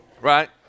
right